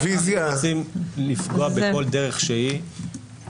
אנחנו רוצים לפגוע בכל דרך שהיא,